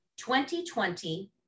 2020